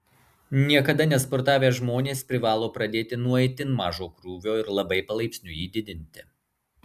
niekada nesportavę žmonės privalo pradėti nuo itin mažo krūvio ir labai palaipsniui jį didinti